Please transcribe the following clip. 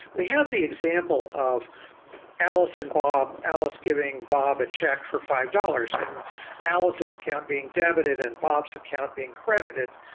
we have the example of alice and bob, alice giving bob a check for five dollars, and alice's account being debited and bob's account being credited.